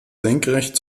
senkrecht